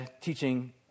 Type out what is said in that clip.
teaching